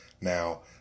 Now